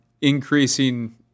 increasing